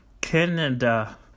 Canada